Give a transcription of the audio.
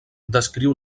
descriu